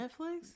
netflix